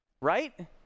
right